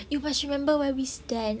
you must remember where we stand